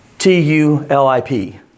T-U-L-I-P